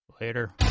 later